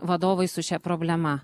vadovai su šia problema